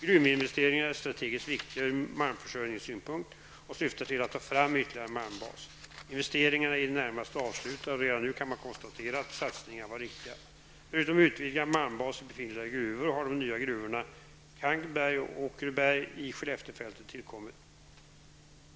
Gruvinvesteringarna är strategiskt viktiga ur malmförsörjningssynpunkt och syftar till att ta fram ytterligare malmbas. Investeringarna är i det närmaste avslutade, och redan nu kan man konstatera att satsningarna var riktiga. Förutom utvidgad malmbas i befintliga gruvor, har de nya gruvorna Kankberg och Åkerberg i Skelleftefältet tillkommit.